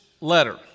letter